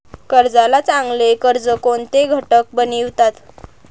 कर्जाला चांगले कर्ज कोणते घटक बनवितात?